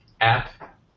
app